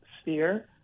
sphere